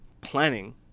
planning